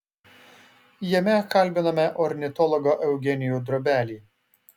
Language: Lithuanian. jame kalbiname ornitologą eugenijų drobelį